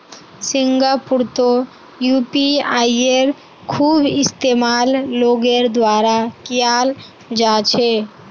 सिंगापुरतो यूपीआईयेर खूब इस्तेमाल लोगेर द्वारा कियाल जा छे